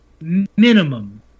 Minimum